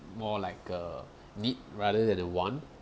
more like a need rather than a want